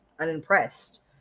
unimpressed